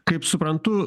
kaip suprantu